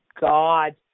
God